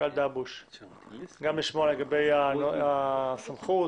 וגם ביחס לסמכות